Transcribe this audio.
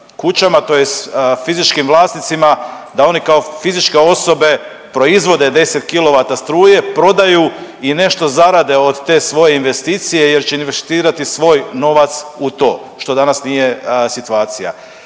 kućama tj. fizičkim vlasnicima da oni kao fizičke osobe proizvode 10 kilovata struje, prodaju i nešto zarade od te svoje investicije jer će investirati svoj novac u to što danas nije situacija.